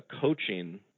coaching